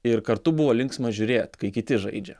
ir kartu buvo linksma žiūrėti kai kiti žaidžia